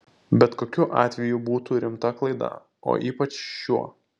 bet kokiu atveju būtų rimta klaida o ypač šiuo